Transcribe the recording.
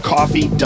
Coffee